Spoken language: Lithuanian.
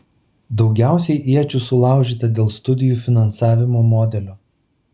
daugiausiai iečių sulaužyta dėl studijų finansavimo modelio